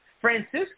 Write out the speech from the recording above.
Francisco